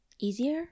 easier